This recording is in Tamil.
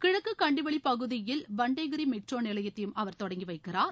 கிழக்கு கண்டிவளி பகுதியில் பன்டோங்கிரி மெட்ரோ நிலையத்தையும் அவர் தொடங்கி வைக்கிறார்